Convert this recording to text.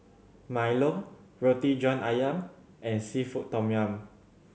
milo Roti John Ayam and seafood tom yum